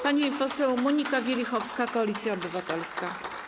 Pani poseł Monika Wielichowska, Koalicja Obywatelska.